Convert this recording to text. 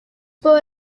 por